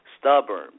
stubborn